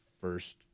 first